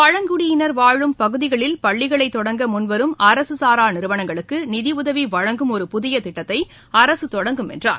பழங்குடியினர் வாழும் பகுதிகளில் பள்ளிகளைத் தொடங்க முன்வரும் அரசுசாரா நிறுவனங்களுக்கு நிதியுதவி வழங்கும் ஒரு புதிய திட்டத்தை அரசு தொடங்கும் என்றார்